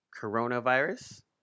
coronavirus